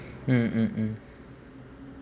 mm mm mm